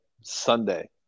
Sunday